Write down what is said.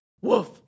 Woof